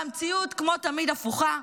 והמציאות, כמו תמיד, הפוכה.